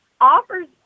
offers